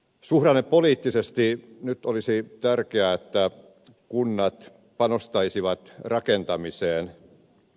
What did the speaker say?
suhdannepoliittisesti nyt olisi tärkeää että kunnat panostaisivat rakentamiseen